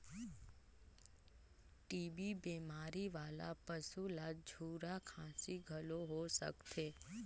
TB बेमारी वाला पसू ल झूरा खांसी घलो हो सकथे